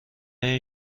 این